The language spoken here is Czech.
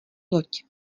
loď